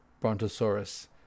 Brontosaurus